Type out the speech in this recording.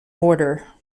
border